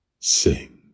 Sing